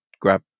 grab